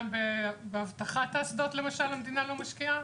גם באבטחת האסדות למשל המדינה לא משקיעה?